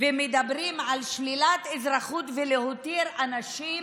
ומדברים על שלילת אזרחות ולהותיר אנשים